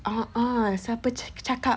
uh uh siapa tadi cakap